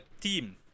team